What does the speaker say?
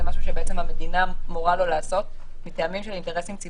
זה משהו שהמדינה מורה לו לעשות מטעמים של אינטרסים ציבוריים.